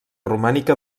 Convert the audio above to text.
romànica